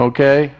Okay